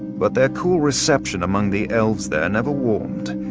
but their cool reception among the elves there never warmed,